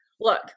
look